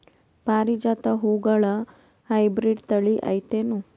ಪಾರಿಜಾತ ಹೂವುಗಳ ಹೈಬ್ರಿಡ್ ಥಳಿ ಐತೇನು?